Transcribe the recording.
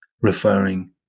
referring